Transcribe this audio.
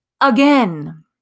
again